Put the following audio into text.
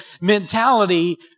mentality